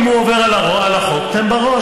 אם הוא עובר על החוק, אתן בראש.